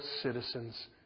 citizens